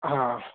हा